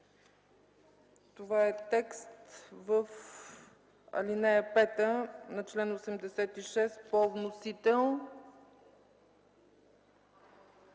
Това е текст в ал. 5 на чл. 86 по вносител.